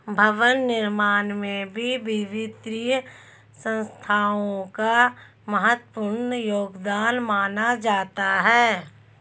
भवन निर्माण में भी वित्तीय संस्थाओं का महत्वपूर्ण योगदान माना जाता है